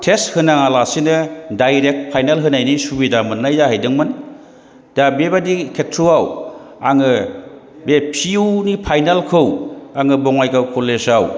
test होनाङालासेनो direct final होनायनि सुबिदा मोननाय जाहैदोंमोन दा बेबायदि खेत्रआव आङो बे पि इउनि फाइनालखौ आङो बङाइगाव कलेजाव